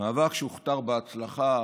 מאבק שהוכתר בהצלחה